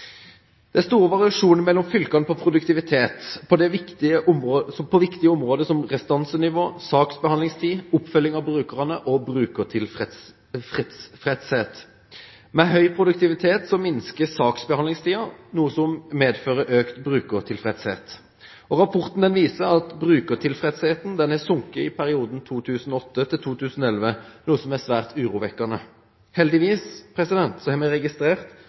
Det er store variasjoner mellom fylkene når det gjelder produktivitet på viktige områder som restansenivå, saksbehandlingstid, oppfølging av brukerne og brukertilfredshet. Ved høy produktivitet minsker saksbehandlingstiden, noe som medfører økt brukertilfredshet. Rapporten viser at brukertilfredsheten har sunket i perioden 2008–2011, noe som er svært urovekkende. Heldigvis har vi registrert